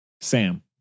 Sam